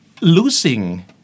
Losing